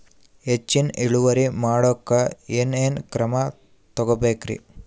ಹೆಚ್ಚಿನ್ ಇಳುವರಿ ಮಾಡೋಕ್ ಏನ್ ಏನ್ ಕ್ರಮ ತೇಗೋಬೇಕ್ರಿ?